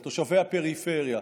לתושבי הפריפריה,